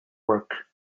work